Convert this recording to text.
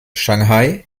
shanghai